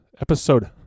Episode